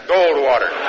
Goldwater